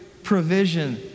provision